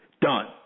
done